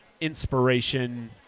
inspiration